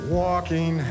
walking